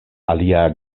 alia